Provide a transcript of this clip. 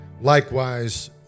Likewise